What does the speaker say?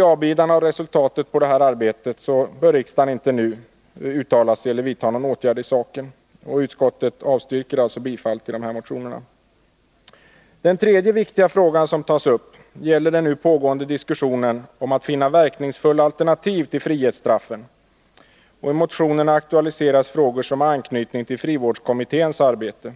I avbidan på resultatet härav bör riksdagen inte nu vidta någon åtgärd i saken. Utskottet avstyrker alltså bifall till dessa motioner. Den tredje viktiga frågan gäller den nu pågående diskussionen om att finna verkningsfulla alternativ till frihetsstraffen. I motionen aktualiseras frågor som har aknytning till frivårdskommitténs arbete.